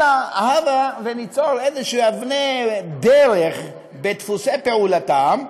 אלא הבה וניצור איזשהן אבני דרך בדפוסי פעולתם,